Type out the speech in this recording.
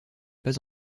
pas